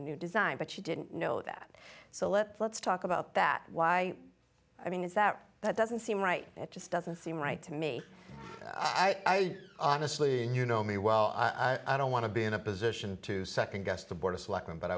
a new design but she didn't know that so let's let's talk about that why i mean is that that doesn't seem right it just doesn't seem right to me i honestly you know me well i don't want to be in a position to second guess the board of selectmen but